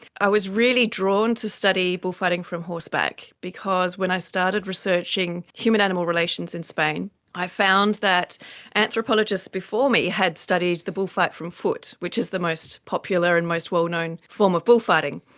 i was really drawn to study bullfighting from horseback because when i started researching human-animal relations in spain i found that anthropologists before me had studied the bullfight from foot, which is the most popular and most well-known form of bullfighting.